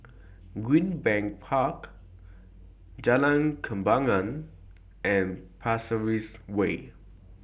Greenbank Park Jalan Kembangan and Pasir Ris Way